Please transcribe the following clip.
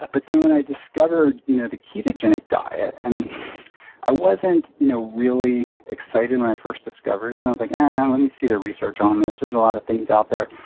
ah but then when i discovered you know the ketogenic diet, and i wasn't you know really excited when i first discovered it. i was like, and let me see the research on this. there's a lot of things out there.